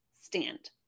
stand